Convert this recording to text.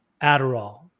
Adderall